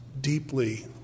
deeply